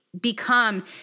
become